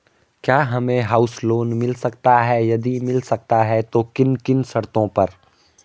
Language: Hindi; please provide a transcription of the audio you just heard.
क्या हमें हाउस लोन मिल सकता है यदि मिल सकता है तो किन किन शर्तों पर?